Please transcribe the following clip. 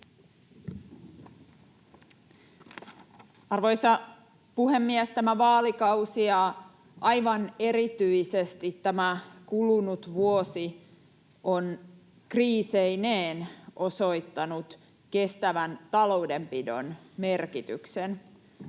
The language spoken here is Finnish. Arvoisa puhemies! Tämä vaalikausi ja aivan erityisesti tämä kulunut vuosi on kriiseineen osoittanut kestävän taloudenpidon merkityksen.